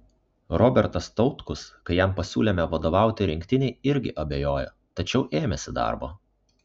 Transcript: robertas tautkus kai jam pasiūlėme vadovauti rinktinei irgi abejojo tačiau ėmėsi darbo